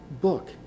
book